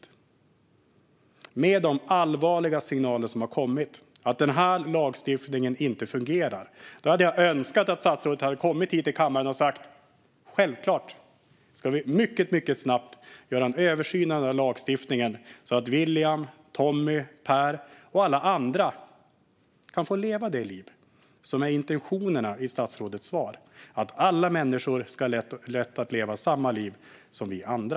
I och med de allvarliga signaler som har kommit om att lagstiftningen inte fungerar hade jag önskat att statsrådet hade kommit hit till kammaren och sagt: Självklart ska vi mycket snabbt göra en översyn av lagstiftningen så att William, Tommy, Per och alla andra kan få leva det liv som intentionen är i statsrådets svar, nämligen att alla människor har rätt att leva samma liv som vi andra.